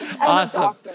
Awesome